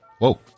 Whoa